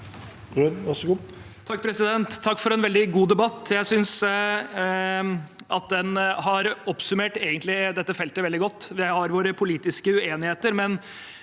Takk for en veldig god debatt. Jeg synes egentlig man har oppsummert dette feltet veldig godt. Vi har våre politiske uenigheter, men